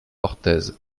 orthez